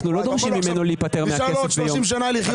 אנחנו לא דורשים ממנו להיפטר מהכסף הזה.